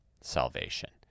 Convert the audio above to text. salvation